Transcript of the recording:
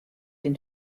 den